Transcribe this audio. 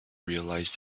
realize